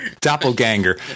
doppelganger